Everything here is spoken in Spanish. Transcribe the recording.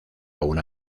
una